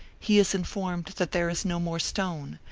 he is informed that there is no more stone,